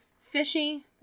fishy